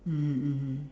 mmhmm mmhmm